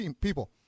people